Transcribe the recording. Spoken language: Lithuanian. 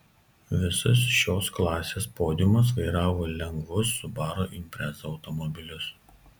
visas šios klasės podiumas vairavo lengvus subaru impreza automobilius